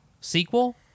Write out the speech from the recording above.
Sequel